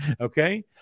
Okay